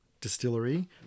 distillery